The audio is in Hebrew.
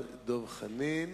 בעיה,